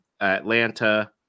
Atlanta